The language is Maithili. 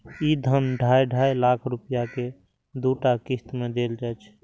ई धन ढाइ ढाइ लाख रुपैया के दूटा किस्त मे देल जाइ छै